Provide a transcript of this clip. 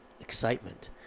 excitement